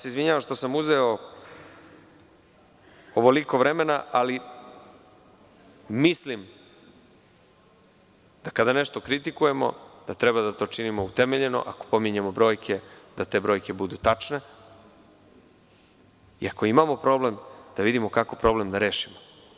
Izvinjavam se što sam uzeo ovoliko vremena, ali mislim da kada nešto kritikujemo, da treba da to činimo utemeljeno, ako pominjemo brojke da te brojke budu tačne i ako imamo problem, da vidimo kako problem da rešimo.